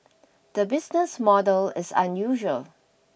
the business model is unusual